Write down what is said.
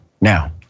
Now